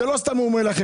לא סתם הוא אומר את זה.